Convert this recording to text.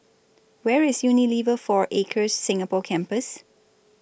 Where IS Unilever four Acres Singapore Campus